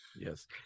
Yes